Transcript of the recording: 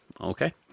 Okay